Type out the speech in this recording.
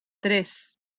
tres